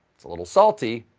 it's a little salty,